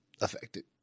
affected